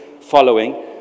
following